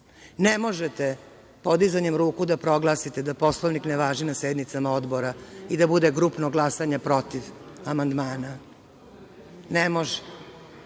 Ne možete podizanjem ruku da proglasite da Poslovnik ne važi na sednicama odbora i da bude grupno glasanje protiv amandmana. Ne može.